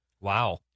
Wow